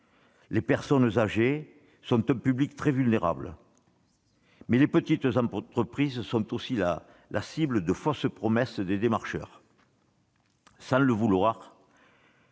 Les personnes âgées sont un public très vulnérable, mais les petites entreprises sont aussi la cible des fausses promesses des démarcheurs. Sans le vouloir,